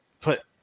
put